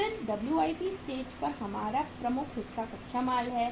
फिर WIP stage पर हमारा प्रमुख हिस्सा कच्चा माल है